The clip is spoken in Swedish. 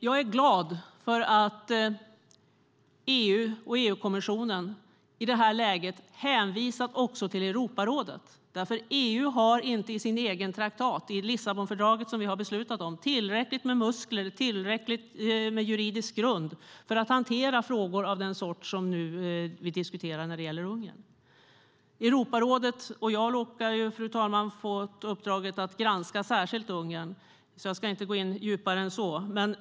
Jag är glad över att EU och EU-kommissionen i det här läget hänvisar till Europarådet eftersom EU i sitt eget traktat, i det Lissabonfördrag som vi beslutat om, inte har tillräckligt med muskler och en tillräcklig juridisk grund för att hantera frågor av den sort som vi nu diskuterar när det gäller Ungern. Jag råkar, fru talman, ha fått uppdraget att särskilt granska Ungern så jag ska inte djupare gå in på detta.